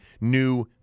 new